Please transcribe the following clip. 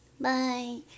Bye